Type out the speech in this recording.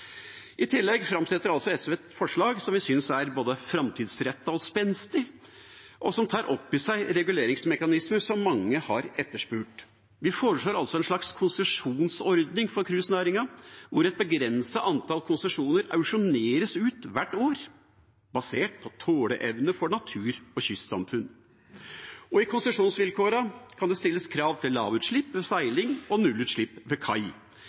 I tillegg framsetter altså SV et forslag som vi synes er både framtidsrettet og spenstig, og som tar opp i seg reguleringsmekanismer som mange har etterspurt. Vi foreslår altså en slags konsesjonsordning for cruisenæringen, hvor et begrenset antall konsesjoner auksjoneres ut hvert år, basert på tåleevne for natur og kystsamfunn. I konsesjonsvilkårene kan det stilles krav til lavutslipp ved seiling og nullutslipp ved kai,